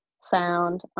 sound